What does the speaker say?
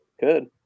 good